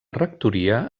rectoria